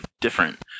different